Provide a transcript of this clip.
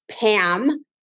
pam